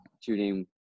shooting